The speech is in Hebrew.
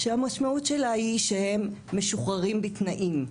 שהמשמעות שלה היא שהם משוחררים בתנאים,